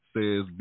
says